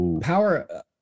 Power